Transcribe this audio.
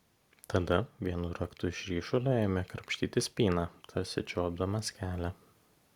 tada vienu raktu iš ryšulio ėmė krapštyti spyną tarsi čiuopdamas kelią